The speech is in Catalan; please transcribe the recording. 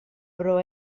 però